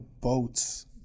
boats